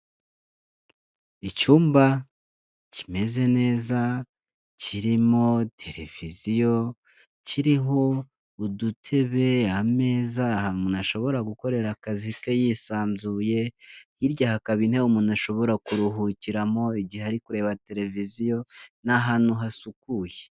Icyumba kimeze neza kirimo televiziyo, kiriho udutebe, ameza ahantu umuntu ashobora gukorera akazi ke yisanzuye, hirya hakaba intebe umuntu ashobora kuruhukiramo igihe ari kureba televiziyo ni ahantu hasukuye.